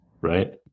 right